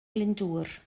glyndŵr